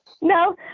No